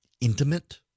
intimate